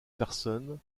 personnes